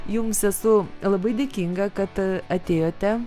jums esu labai dėkinga kad atėjote